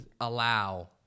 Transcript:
allow